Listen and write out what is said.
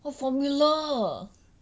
what formula